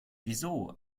wieso